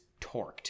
torqued